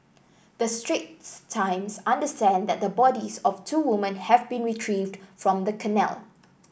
the Straits Times understand that the bodies of two women have been retrieved from the canal